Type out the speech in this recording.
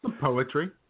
Poetry